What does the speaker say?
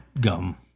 gum